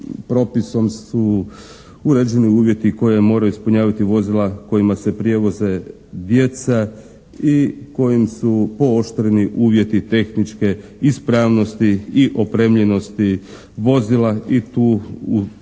propisom su uređeni uvjeti koje moraju ispunjavati vozila kojima se prijevoze djeca i kojim su pooštreni uvjeti tehničke ispravnosti i opremljenosti vozila. I tu gotovo